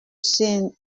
seen